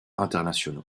internationaux